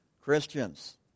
Christians